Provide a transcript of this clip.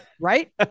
Right